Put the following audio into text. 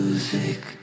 Music